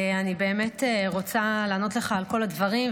אני רוצה לענות לך על כל הדברים,